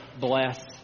bless